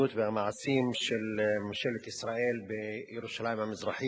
והמעשים של ממשלת ישראל בירושלים המזרחית.